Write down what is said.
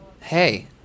Hey